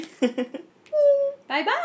Bye-bye